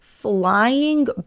flying